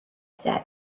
said